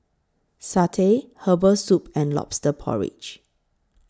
Satay Herbal Soup and Lobster Porridge